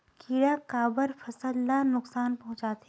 किड़ा काबर फसल ल नुकसान पहुचाथे?